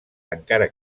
encara